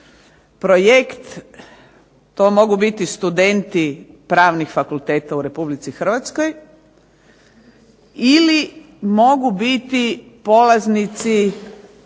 projekt. To mogu biti studenti pravnih fakulteta u Republici Hrvatskoj ili mogu biti polaznici